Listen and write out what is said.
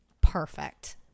perfect